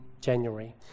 January